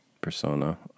Persona